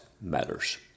Matters